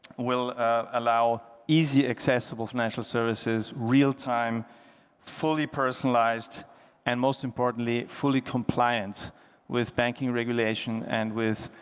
will allow easy accessible financial services real-time fully personalized and most importantly fully compliant with banking regulation and with